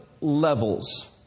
levels